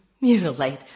mutilate